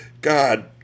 god